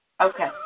Okay